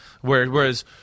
Whereas